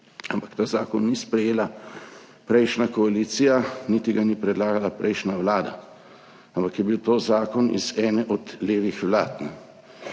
ampak tega zakona ni sprejela prejšnja koalicija niti ga ni predlagala prejšnja vlada, ampak je bil to zakon iz ene od levih vlad.